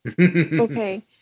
Okay